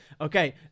Okay